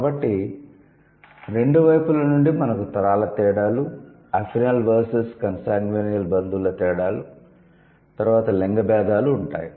కాబట్టి రెండు వైపుల నుండి మనకు తరాల తేడాలు అఫినల్ వర్సెస్ కన్సాన్గ్యినియల్ బంధువుల తేడాలు తరువాత లింగ భేదాలు ఉంటాయి